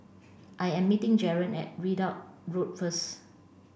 I am meeting Jaron at Ridout Road first